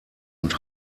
und